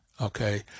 Okay